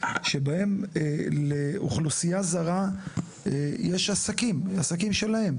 שבהם לאוכלוסייה זרה יש עסקים שלהם,